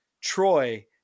Troy